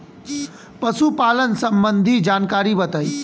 पशुपालन सबंधी जानकारी बताई?